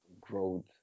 growth